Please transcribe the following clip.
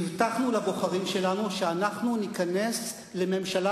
הבטחנו לבוחרים שלנו שאנחנו ניכנס לממשלה